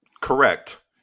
correct